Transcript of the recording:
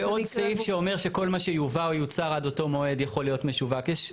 ועוד סעיף שאומר שכל מה שיובא או יוצר עד אותו מועד יכול להיות משווק.